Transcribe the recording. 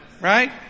Right